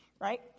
Right